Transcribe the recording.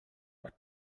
but